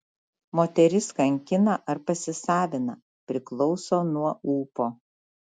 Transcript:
moteris kankina ar pasisavina priklauso nuo ūpo